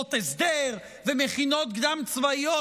ישיבות הסדר ומכינות קדם-צבאיות,